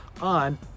on